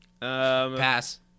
Pass